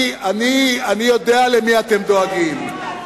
אני יודע למי אתם דואגים.